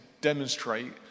demonstrate